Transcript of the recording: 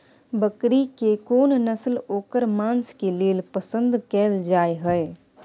बकरी के कोन नस्ल ओकर मांस के लेल पसंद कैल जाय हय?